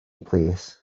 plîs